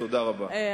תודה רבה.